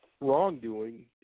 wrongdoing